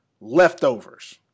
leftovers